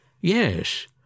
Yes